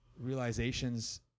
realizations